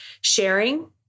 sharing